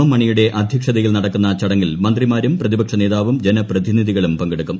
M മണിയുടെ അദ്ധ്യക്ഷതയിൽ നടക്കുന്ന ചടങ്ങിൽ മന്ത്രിമാരും പ്രതിപക്ഷനേതാവും ജനപ്രതിനിധികളും പങ്കെടുക്കും